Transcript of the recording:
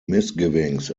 misgivings